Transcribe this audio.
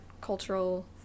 cultural